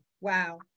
Wow